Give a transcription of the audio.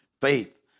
Faith